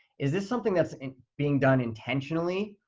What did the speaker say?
is this something that's and being done intentionally,